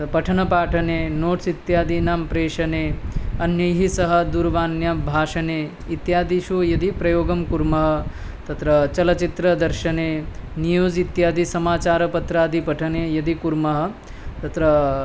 पठनपाठने notes इत्यादीनां प्रेषणे अन्यैः सह दूरवाण्यां भाषणे इत्यादिषु यदि प्रयोगं कुर्मः तत्र चलचित्रदर्शने न्यूज़् इत्यादि समाचारपत्रादिपठने यदि कुर्मः तत्र